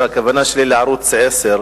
הכוונה שלי לערוץ-10,